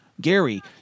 Gary